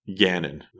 Ganon